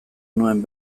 nuen